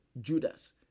Judas